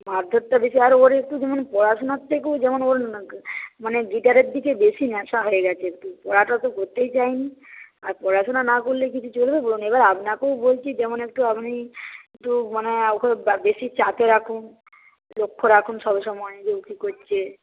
মারধোর তো বেশি আর ওর একটু ধরুন পড়াশুনার থেকেও যেমন ওর মানে গিটারের দিকে বেশি নেশা হয়ে গেছে একটু পড়াটা তো করতেই চায় নি আর পড়াশোনা না করলে কিছু চলবে বলুন এবার আপনাকেও বলছি যেমন একটু আপনি একটু মানে ওকে বেশি চাপে রাখুন লক্ষ্য রাখুন সবসময় যে ও কি করছে